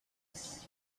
less